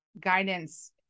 guidance